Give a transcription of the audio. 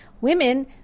women